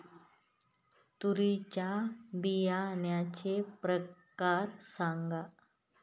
तूरीच्या बियाण्याचे प्रकार सांगा